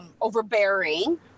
overbearing